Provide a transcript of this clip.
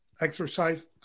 exercise